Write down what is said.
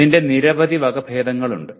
ഇതിന്റെ നിരവധി വകഭേദങ്ങളുണ്ട്